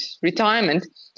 retirement